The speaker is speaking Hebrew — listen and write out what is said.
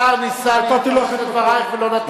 השר ניסה להתפרץ לדברייך ולא נתתי.